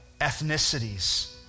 ethnicities